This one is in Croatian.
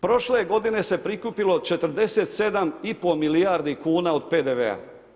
Prošle godine se prikupilo 47,5 milijardi kuna od PDV-a.